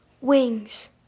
wings